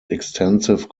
extensive